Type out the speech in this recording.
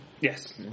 Yes